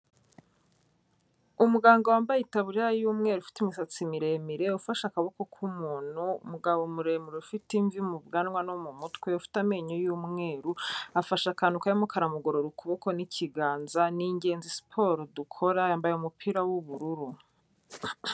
Umuganga wambaye itaburiya y'umweru ufite imusatsi miremire ufashe akaboko k'umuntu, umugabo muremure ufite imvi mu bwanwa no mu mutwe ufite amenyo y'umweru, afashe akantu karimo karamugorora ukuboko n'ikiganza, ni ingenzi siporo dukora, yambaye umupira w'ubururu.